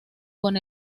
con